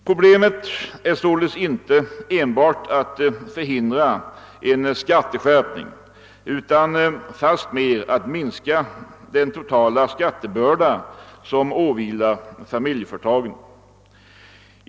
Problemet är således inte enbart att förhindra en skatteskärpning, utan fastmer att minska den totala skattebörda som åvilar familjeföretagen.